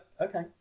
okay